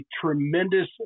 tremendous